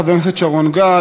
חבר הכנסת שרון גל.